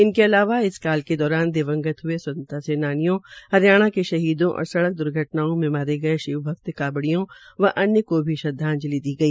इनके अलावा इस काल के दौरान दिवंगत हये स्वंतत्रता सेनानियों हरियाणा के शहीदों और सड़क द्र्घटनाओं में मारे गये शिव भक्त कावड़ियों व अन्य को भी श्रद्वाजंलि दी गई